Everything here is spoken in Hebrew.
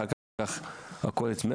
אבל אחר כך הכול התמסמס.